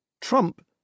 Trump